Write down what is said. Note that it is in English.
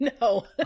No